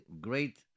great